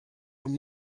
amb